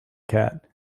cat